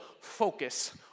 focus